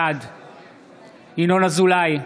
בעד ינון אזולאי,